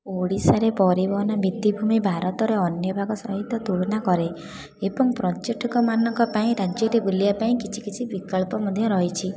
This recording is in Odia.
ଓଡ଼ିଶାରେ ପରିବହନ ଭିତ୍ତିଭୂମି ଭାରତର ଅନ୍ୟଭାଗ ସହିତ ତୁଳନା କରେ ଏବଂ ପର୍ଯ୍ୟଟକମାନଙ୍କ ପାଇଁ ରାଜ୍ୟରେ ବୁଲିବା ପାଇଁ କିଛି କିଛି ବିକଳ୍ପ ମଧ୍ୟ ରହିଛି